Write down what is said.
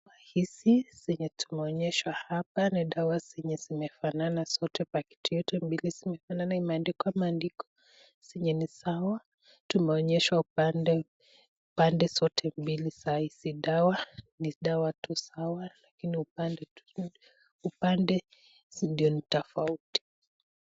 Hizi zenye tumeonyeshwa hapa ni dawa ambazo zinafanana. Pakiti zote mbili zinafanana. Imeandikwa matandiko zenye ni sawa, tumeonyeshwa pande zote mbili za hizi dawa ni dawa tu sawa lakini upande ndio ni tofauti .